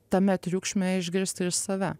tame triukšme išgirsti ir save